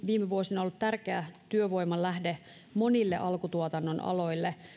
viime vuosina ollut tärkeä työvoiman lähde monille alkutuotannon aloille